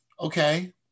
okay